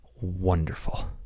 wonderful